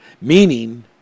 meaning